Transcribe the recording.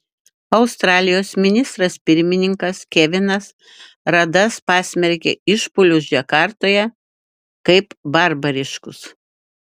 australijos ministras pirmininkas kevinas radas pasmerkė išpuolius džakartoje kaip barbariškus